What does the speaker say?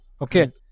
Okay